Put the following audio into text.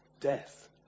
Death